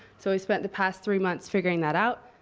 so we spent the past three months figuring that out.